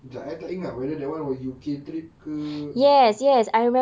kejap I tak ingat whether that one were U_K trip ke